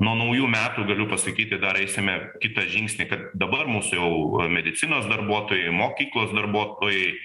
nuo naujų metų galiu pasakyti dar eisime kitą žingsnį kad dabar mūsų jau medicinos darbuotojai mokyklos darbuotojai